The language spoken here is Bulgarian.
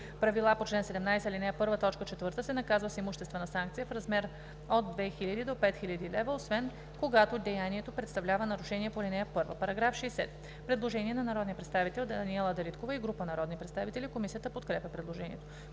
правила по чл. 17, ал. 1, т. 4, се наказва с имуществена санкция в размер от 2000 до 5000 лв., освен когато деянието представлява нарушение по ал. 1.“ По § 60 има предложение на народния представител Даниела Дариткова и група народни представители. Комисията подкрепя предложението.